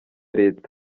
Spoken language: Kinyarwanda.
leta